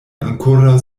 ankoraŭ